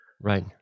Right